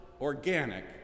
organic